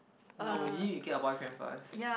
no you need to get a boyfriend first